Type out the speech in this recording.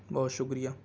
بہت شکریہ